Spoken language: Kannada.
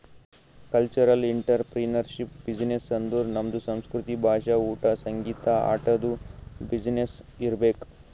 ಕಲ್ಚರಲ್ ಇಂಟ್ರಪ್ರಿನರ್ಶಿಪ್ ಬಿಸಿನ್ನೆಸ್ ಅಂದುರ್ ನಮ್ದು ಸಂಸ್ಕೃತಿ, ಭಾಷಾ, ಊಟಾ, ಸಂಗೀತ, ಆಟದು ಬಿಸಿನ್ನೆಸ್ ಇರ್ಬೇಕ್